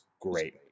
great